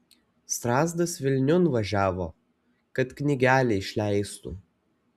strazdas vilniun važiavo kad knygelę išleistų